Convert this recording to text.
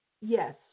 yes